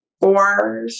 four